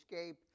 escape